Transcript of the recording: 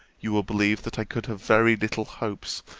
you will believe, that i could have very little hopes,